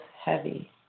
heavy